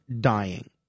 dying